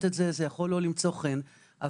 מנכ"ל משרד הבריאות וזה יכול לא למצוא חן,